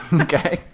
Okay